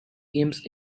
games